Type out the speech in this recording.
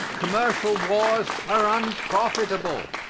commercial wars are unprofitable.